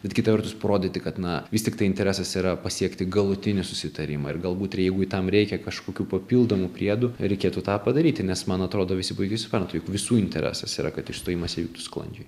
bet kita vertus parodyti kad na vis tiktai interesas yra pasiekti galutinį susitarimą ir galbūt ir jeigu tam reikia kažkokių papildomų priedų reikėtų tą padaryti nes man atrodo visi puikiai supranta jog visų interesas yra kad išstojimas įvyktų sklandžiai